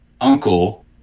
uncle